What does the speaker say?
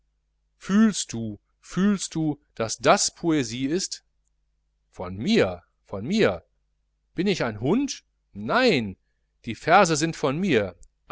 fühlst du fühlst du daß das poesie ist von mir von mir bin ich ein hund nein diese verse sind von mir